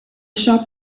shop